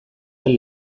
den